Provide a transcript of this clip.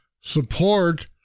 support